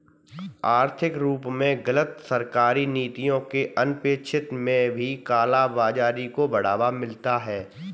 आर्थिक रूप से गलत सरकारी नीतियों के अनपेक्षित में भी काला बाजारी को बढ़ावा मिलता है